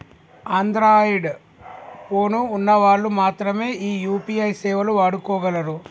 Android phone ఉన్న వాళ్ళు మాత్రమె ఈ యూ.పీ.ఐ సేవలు వాడుకోగలరు